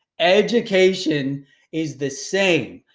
education is the same.